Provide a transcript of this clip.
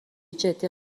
جدی